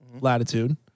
latitude